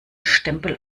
stempel